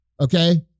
okay